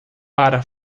para